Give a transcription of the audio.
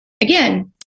again